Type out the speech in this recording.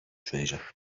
treasure